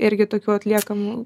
irgi tokių atliekamų